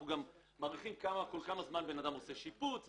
אנחנו מעריכים כל כמה זמן אדם עושה שיפוץ.